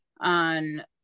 on